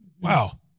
wow